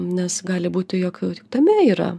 nes gali būti jog tame yra